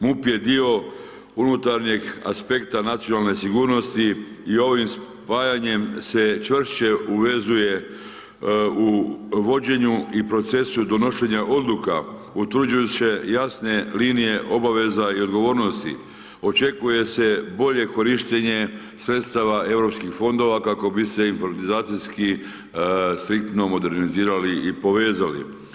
MUP je dio unutarnjeg aspekta nacionalne sigurnosti i ovim spajanjem se čvršće uvezuje u vođenju i procesu donošenja odluka, utvrđuju se jasne linije obaveza i odgovornosti, očekuje se bolje korištenje sredstava europskih fondova kako bi se informatizacijski striktno modernizirali i povezali.